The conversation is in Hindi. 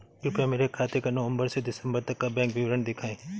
कृपया मेरे खाते का नवम्बर से दिसम्बर तक का बैंक विवरण दिखाएं?